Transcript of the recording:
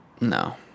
No